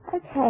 Okay